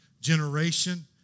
generation